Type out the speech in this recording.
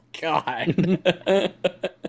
God